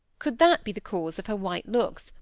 could that be the cause of her white looks,